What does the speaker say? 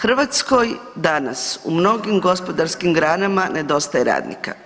Hrvatskoj danas u mnogim gospodarskim granama nedostaje radnika.